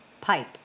pipe